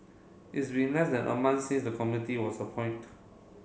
it's been less than a month since the committee was appoint